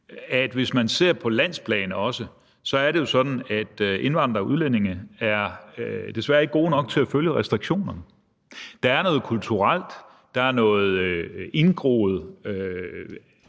plus at det på landsplan også ses at være sådan, at indvandrere og udlændinge desværre ikke er gode nok til at følge restriktionerne. Der er noget kulturelt, der er noget indgroet,